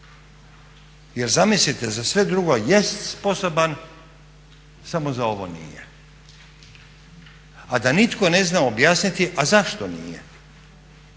Jer zamislite za sve drugo jest sposoban samo za ovo nije. A da nitko ne zna objasniti a zašto nije.